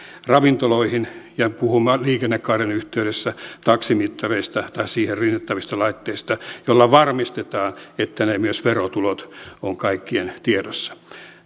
ravintoloihin ja puhun liikennekaaren yhteydessä taksimittareista tai niihin rinnastettavista laitteista joilla varmistetaan että myös ne verotulot ovat kaikkien tiedossa